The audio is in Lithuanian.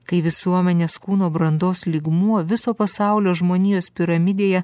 kai visuomenės kūno brandos lygmuo viso pasaulio žmonijos piramidėje